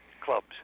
clubs